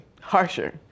harsher